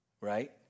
Right